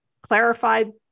clarified